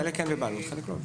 חלק בבעלות, חלק לא.